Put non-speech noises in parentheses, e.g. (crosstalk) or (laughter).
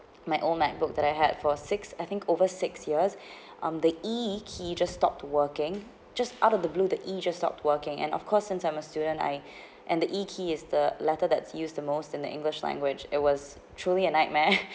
my old macbook that I had four six I think over six years (breath) um the E key just stopped working just out of the blue the E just stopped working and of course since I'm a student I (breath) and the E key is the letter that's used the most in the english language it was truly a nightmare (laughs)